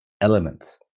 elements